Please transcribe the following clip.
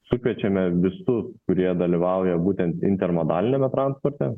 sukviečiame visus kurie dalyvauja būtent intermodaliniame transporte